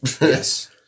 Yes